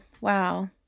wow